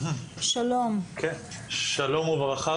יש גירעון מובנה בכל שנה במדינת ישראל של 3,000 עד 3,500 כיתות,